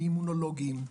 ממונולוגים,